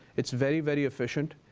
it's very, very efficient.